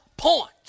point